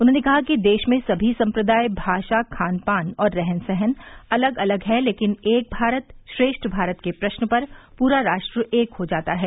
उन्होंने कहा कि देश में सभी सम्प्रदाय भाषा खानपान और रहन सहन अलग अलग हैं लेकिन एक भारत श्रेष्ठ भारत के प्रश्न पर पूरा राष्ट्र एक हो जाता है